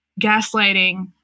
gaslighting